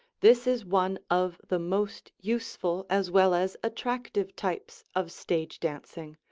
this is one of the most useful as well as attractive types of stage dancing,